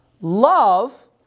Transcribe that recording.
Love